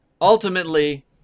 Ultimately